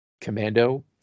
commando